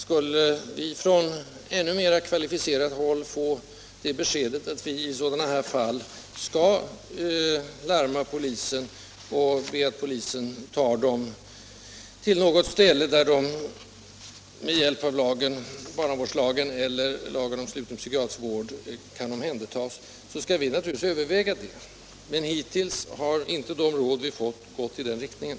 Skulle vi från ännu mer kvalificerat håll få beskedet att vi i sådana här fall skall larma polisen och be den att med stöd av barnavårdslagen eller lagen om sluten psykiatrisk vård omhänderta dessa personer, skall vi naturligtvis överväga det. Men hittills har inte de råd vi fått gått i den riktningen.